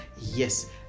Yes